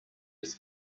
his